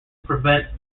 prevent